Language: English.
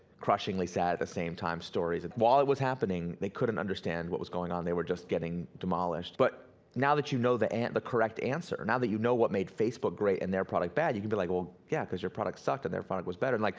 crushingly sad but at the same time stories. while it was happening, they couldn't understand what was going on, they were just getting demolished. but now that you know the and the correct answer, now that you know what made facebook great and their product bad, you can be like, yeah, cause your product sucked and their product was better. like